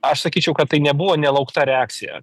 aš sakyčiau kad tai nebuvo nelaukta reakcija